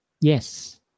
Yes